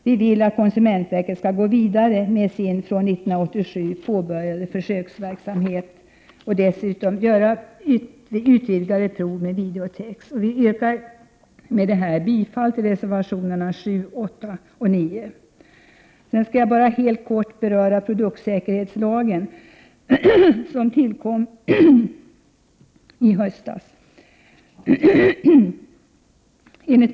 Vi vill att konsumentverket skall gå vidare med sin 1987 påbörjade försöksverksamhet och dessutom göra utvidgade prov med videotex. Jag yrkar bifall till reservationerna 7, 8 och 9. Helt kort vill jag beröra produktsäkerhetslagen, som tillkom i höstas.